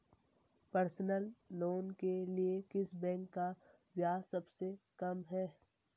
Personal loan के लिए किस बैंक का ब्याज सबसे कम है?